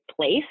place